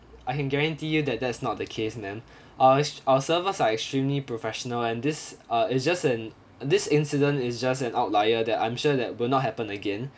I can guarantee you that that is not the case ma'am our s~ our servers are extremely professional and this uh it's just an this incident is just an outlier that I'm sure that will not happen again